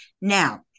Now